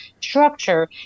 structure